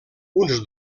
uns